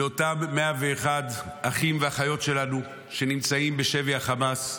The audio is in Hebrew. לאותם 101 אחים ואחיות שלנו שנמצאים בשבי החמאס.